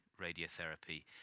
radiotherapy